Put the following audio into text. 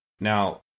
Now